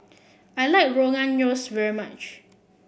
I like Rogan Josh very much